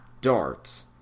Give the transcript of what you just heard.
darts